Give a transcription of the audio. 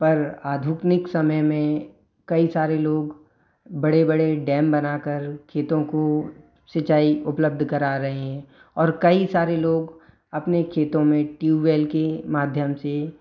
पर आधुनिक समय में कई सारे लोग बड़े बड़े डैम बनाकर खेतों को सिंचाई उपलब्ध करा रहे हैं और कई सारे लोग अपने खेतो में ट्यूबवेल के माध्यम से